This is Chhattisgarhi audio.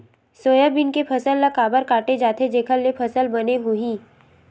सोयाबीन के फसल ल काबर काटे जाथे जेखर ले फसल बने होही?